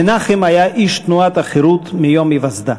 מנחם היה איש תנועת החרות מיום היווסדה.